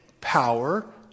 power